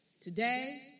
today